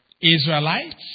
Israelites